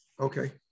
Okay